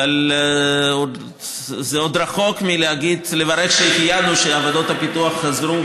אבל זה עוד רחוק מלברך שהחיינו שעבודות הפיתוח חזרו,